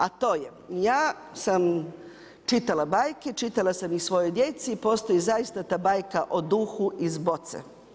A to je, ja sam čitala bajke, pitala sam ih svojoj djeci, postoji zaista ta bajka o duhu iz boce.